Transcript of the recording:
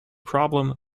problem